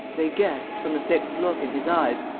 they guessed, from the fixed look in his eyes,